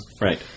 Right